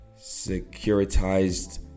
securitized